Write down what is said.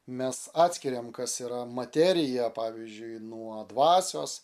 mes atskiriam kas yra materija pavyzdžiui nuo dvasios